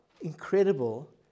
incredible